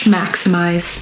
maximize